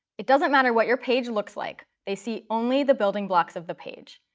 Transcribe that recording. it doesn't matter what your page looks like. they see only the building blocks of the page.